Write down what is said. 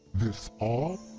this all?